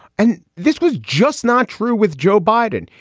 and this was just not true with joe biden.